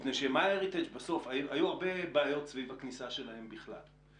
מפני ש-MyHeritage בסוף היו הרבה בעיות סביב הכניסה שלהם בכלל.